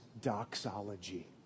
doxology